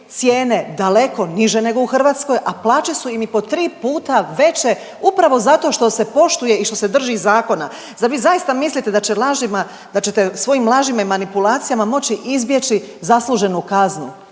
cijene daleko niže nego u Hrvatskoj, a plaće su im i po tri puta veće upravo zato što se poštuje i što se drži zakona. Zar vi zaista mislite da će lažima, da ćete svojim lažima i manipulacijama moći izbjeći zasluženu kaznu?